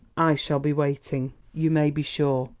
i shall be waiting. you may be sure.